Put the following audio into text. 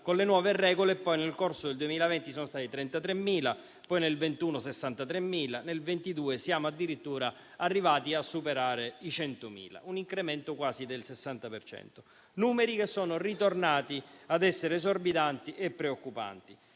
con le nuove regole e, poi, nel corso del 2020, sono stati 33.000; nel 2021 sono stati 63.000; nel 2022 siamo addirittura arrivati a superare i 100.000; un incremento quasi del 60 per cento. Sono numeri che sono ritornati a essere esorbitanti e preoccupanti.